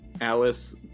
Alice